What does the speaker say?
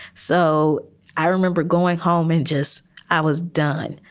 so i remember going home. midge's i was done.